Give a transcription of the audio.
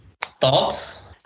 Thoughts